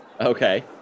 Okay